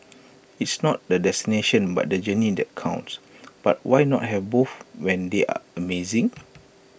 it's not the destination but the journey that counts but why not have both when they're amazing